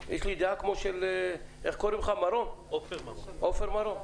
כמו עופר מרום.